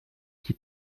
qui